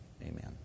Amen